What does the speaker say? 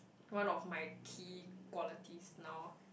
one of my key qualities now